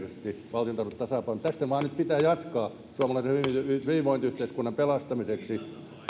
valtiontalous tasapainoon tästä vain nyt pitää jatkaa suomalaisen hyvinvointiyhteiskunnan pelastamiseksi